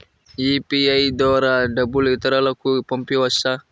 UPI ద్వారా డబ్బు ఇతరులకు పంపవచ్చ?